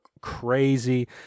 crazy